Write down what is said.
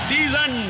Season